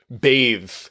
bathe